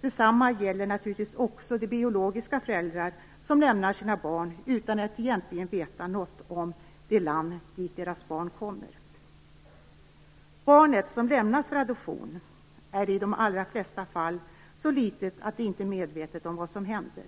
Detsamma gäller naturligtvis också de biologiska föräldrarna, som lämnar bort sina barn utan att egentligen veta något om det land dit deras barn kommer. Barnet som lämnas för adoption är i de allra flesta fall så litet att det inte är medvetet om vad som händer.